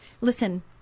Listen